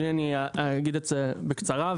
אני אגיד בקצרה,